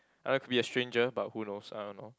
I like could be a stranger but who knows I don't know